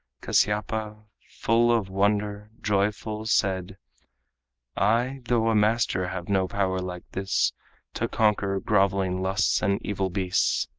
kasyapa, full of wonder, joyful said i, though a master, have no power like this to conquer groveling lusts and evil beasts.